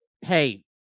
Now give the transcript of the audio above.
hey